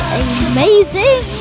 amazing